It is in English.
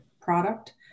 product